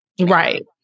Right